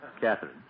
Catherine